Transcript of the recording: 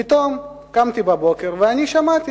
פתאום קמתי בבוקר ושמעתי